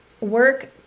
work